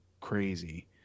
crazy